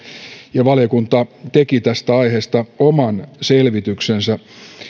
ja valiokunta teki tästä aiheesta oman selvityksensä